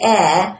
air